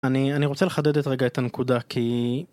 אני רוצה לחדד רגע את הנקודה כי...